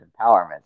empowerment